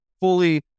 fully